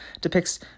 depicts